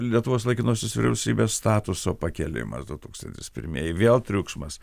lietuvos laikinosios vyriausybės statuso pakėlimas du tūkstantis pirmieji vėl triukšmas